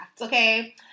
Okay